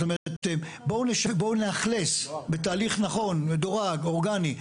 בואו נאכלס בתהליך נכון, מדורג, אורגני.